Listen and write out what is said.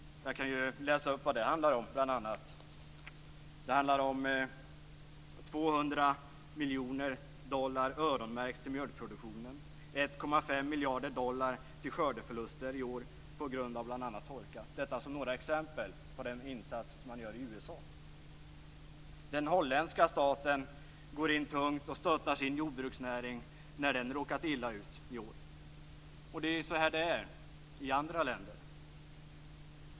Jag kan ju läsa upp vad det bl.a. handlar om. Det handlar bl.a. om 200 miljoner dollar öronmärkta till mjölkproduktionen och om 1,5 miljarder dollar till skördeförluster i år på grund av bl.a. torka. Det är några exempel på de insatser man gör i USA. Den holländska staten går in tungt och stöder sin jordbruksnäring när den råkat illa ut i år. Det är så det är i andra länder.